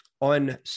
on